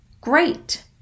great